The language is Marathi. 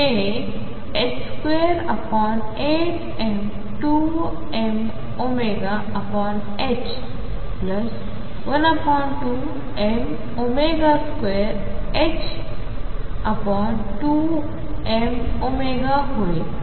हे 28m2mω12m22mω होईल जे ℏω2 होईल